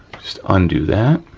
just undo that.